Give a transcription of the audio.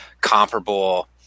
comparable